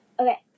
Okay